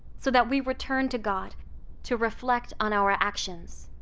so that we return to god to reflect on our actions.